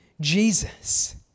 Jesus